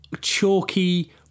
chalky